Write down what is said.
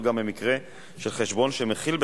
חוק ומשפט.